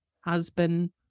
husband